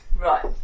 Right